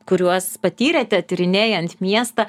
kuriuos patyrėte tyrinėjant miestą